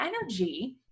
energy